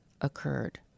occurred